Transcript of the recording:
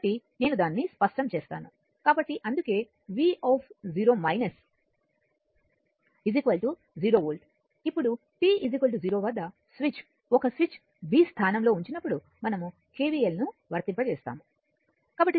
కాబట్టి నేను దానిని స్పష్టం చేస్తాను కాబట్టి అందుకే v 0 వోల్ట్ ఇప్పుడు t 0 వద్ద స్విచ్ 1 స్విచ్ b స్థానంలో ఉంచినప్పుడు మనం కెవిఎల్ ను వర్తింపజేస్తాము